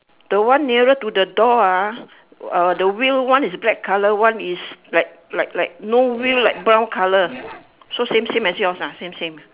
the one nearer to the door ah the wheel one is black colour one is like like like no wheel like brown colour so same same as yours ah same same